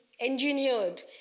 engineered